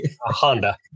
Honda